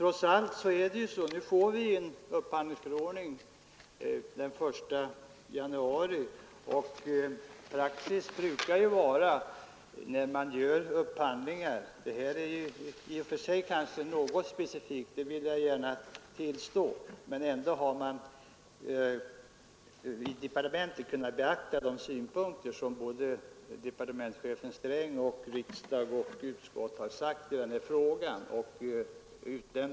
Jag vill gärna tillstå att detta ärende är något specifikt, men jag anser ” ändå att man i departementet borde ha beaktat de synpunkter som såväl statsrådet Sträng som utskottet och riksdagen har framfört när det gäller upphandlingsförordningen.